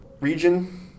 region